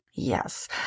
Yes